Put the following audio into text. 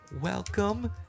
Welcome